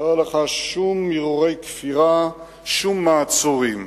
לא היו לך שום הרהורי כפירה, שום מעצורים,